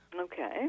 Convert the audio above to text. Okay